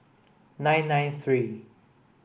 nine nine three